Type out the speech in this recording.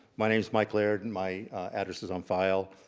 my name is michael laird. and my address is on file.